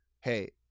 hey